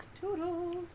Toodles